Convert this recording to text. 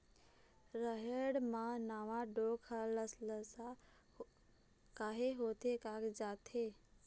रहेड़ म नावा डोंक हर लसलसा काहे होथे कागजात हे?